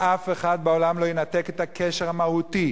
שאף אחד בעולם לא ינתק את הקשר המהותי,